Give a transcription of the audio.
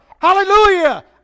Hallelujah